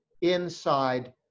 inside